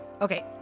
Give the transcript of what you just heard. Okay